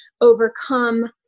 overcome